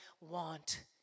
want